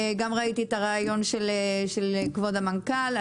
גם ראיתי את הרעיון של כבוד המנכ"ל.